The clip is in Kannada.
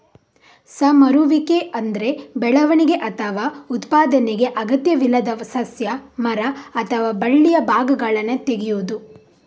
ಸಮರುವಿಕೆ ಅಂದ್ರೆ ಬೆಳವಣಿಗೆ ಅಥವಾ ಉತ್ಪಾದನೆಗೆ ಅಗತ್ಯವಿಲ್ಲದ ಸಸ್ಯ, ಮರ ಅಥವಾ ಬಳ್ಳಿಯ ಭಾಗಗಳನ್ನ ತೆಗೆಯುದು